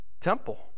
temple